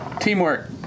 Teamwork